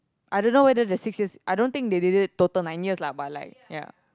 I don't know whether the six years I don't think they did it total nine years lah but like ya